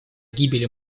гибели